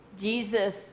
Jesus